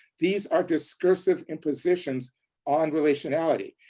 these are discursive impositions on relationality.